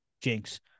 jinx